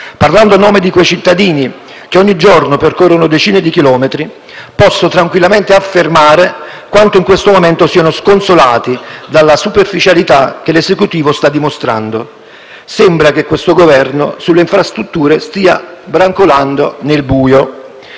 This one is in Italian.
Parlando a nome di quei cittadini che ogni giorno percorrono decine di chilometri, posso tranquillamente affermare quanto in questo momento siano sconsolati dalla superficialità che l'Esecutivo sta dimostrando. Sembra che sulle infrastrutture questo Governo stia brancolando nel buio: